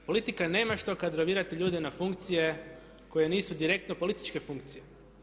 Politika nema što kadrovirati ljude na funkcije koje nisu direktno političke funkcije.